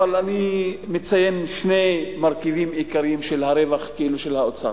אבל אני מציין שני מרכיבים עיקריים של הרווח של האוצר: